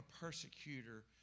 persecutor